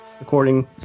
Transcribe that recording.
according